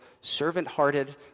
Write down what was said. servant-hearted